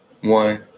one